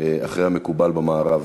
אחרי המקובל במערב.